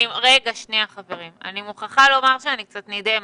אני מוכרחה לומר שאני קצת נדהמת.